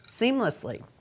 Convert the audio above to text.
seamlessly